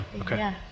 okay